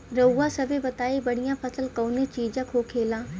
रउआ सभे बताई बढ़ियां फसल कवने चीज़क होखेला?